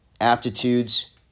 aptitudes